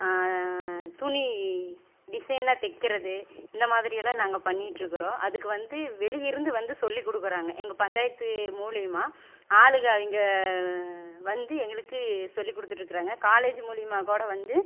துணி டிசைனாக தைக்கிறது இந்த மாதிரியெல்லாம் நாங்கள் பண்ணிகிட்ருக்கறோம் அதுக்கு வந்து வெளியேயிருந்து வந்து சொல்லிக் கொடுக்கறாங்க எங்கள் பஞ்சாயத்து மூலிமா ஆளுங்க அவங்க வந்து எங்களுக்கு சொல்லிக் கொடுத்துட்டுருக்கறாங்க காலேஜு மூலிமா கூட வந்து